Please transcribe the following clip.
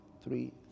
three